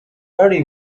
early